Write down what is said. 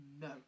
No